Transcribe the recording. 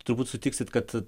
turbūt sutiksit kad